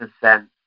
percent